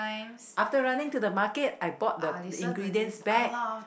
after running to the market I bought the ingredients back